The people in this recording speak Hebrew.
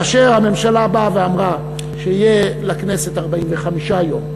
כאשר הממשלה באה ואמרה שיהיו לכנסת 45 יום,